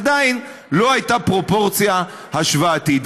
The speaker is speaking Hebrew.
עדיין לא הייתה פרופורציה השוואתית.